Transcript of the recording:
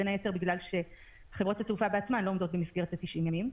בין היתר בגלל שחברות התעופה בעצמן לא עומדות במסגרת ה-90 יום.